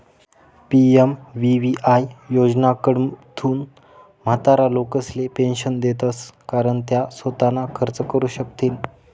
PMVVY योजनाकडथून म्हातारा लोकेसले पेंशन देतंस कारण त्या सोताना खर्च करू शकथीन